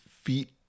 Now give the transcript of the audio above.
feet